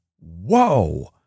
whoa